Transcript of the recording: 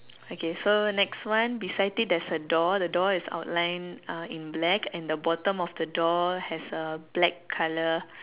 okay so next one beside it there's a door the door is outline uh in black and the bottom of the door has a black colour